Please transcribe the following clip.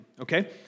Okay